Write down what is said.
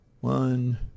one